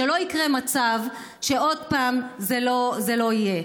שלא יקרה מצב שעוד פעם זה לא יהיה.